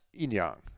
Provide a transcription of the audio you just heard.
inyang